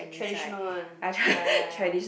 traditional one ya ya ya